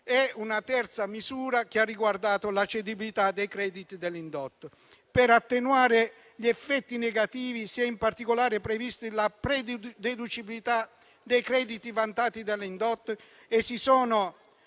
una terza misura che ha riguardato la cedibilità dei crediti dell'indotto. Per attenuare gli effetti negativi, si è in particolare prevista la prededucibilità dei crediti vantati dall'indotto e si sono